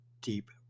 deep